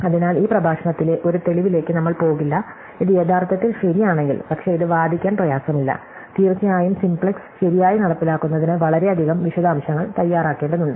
അതിനാൽ ഈ പ്രഭാഷണത്തിലെ ഒരു തെളിവിലേക്ക് നമ്മൾ പോകില്ല ഇത് യഥാർത്ഥത്തിൽ ശരിയാണെങ്കിൽ പക്ഷേ ഇത് വാദിക്കാൻ പ്രയാസമില്ല തീർച്ചയായും സിംപ്ലക്സ് ശരിയായി നടപ്പിലാക്കുന്നതിന് വളരെയധികം വിശദാംശങ്ങൾ തയ്യാറാക്കേണ്ടതുണ്ട്